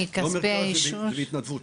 מכספי --- לא נרכש, זה בהתנדבות.